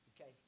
Okay